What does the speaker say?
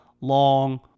long